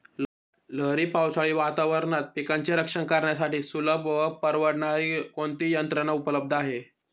लहरी पावसाळी वातावरणात पिकांचे रक्षण करण्यासाठी सुलभ व परवडणारी कोणती यंत्रणा उपलब्ध आहे?